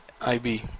IB